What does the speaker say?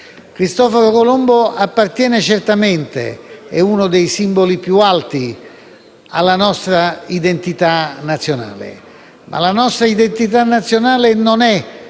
Cristoforo Colombo appartiene certamente - è uno dei simboli più alti - alla nostra identità nazionale. Un'identità che non è